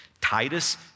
Titus